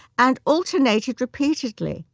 and alternated repeatedly.